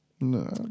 No